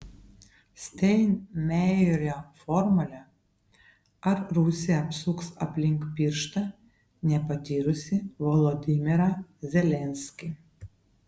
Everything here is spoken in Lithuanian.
steinmeierio formulė ar rusija apsuks aplink pirštą nepatyrusį volodymyrą zelenskį